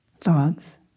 thoughts